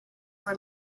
were